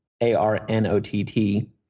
A-R-N-O-T-T